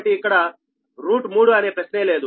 కాబట్టి ఇక్కడ 3అనే ప్రశ్నే లేదు